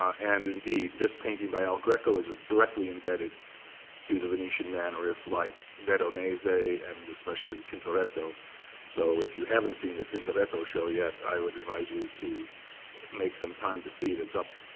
and indeed, this painting by el greco is directly indebted to the venetian mannerists, like veronese, and especially, tintoretto so if you haven't seen the tintoretto show yet, i would advise you to make some time to see it. it's up